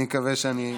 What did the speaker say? אני מקווה שאני,